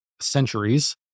centuries